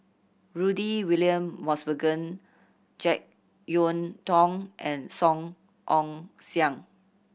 Rudy William Mosbergen Jek Yeun Thong and Song Ong Siang